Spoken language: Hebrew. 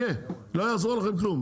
יהיה, לא יעזור לכם כלום.